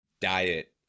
diet